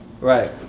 Right